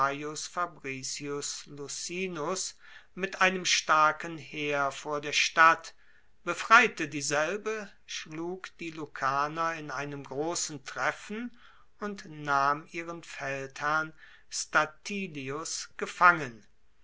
mit einem starken heer vor der stadt befreite dieselbe schlug die lucaner in einem grossen treffen und nahm ihren feldherrn statilius gefangen